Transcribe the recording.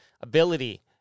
ability